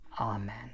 Amen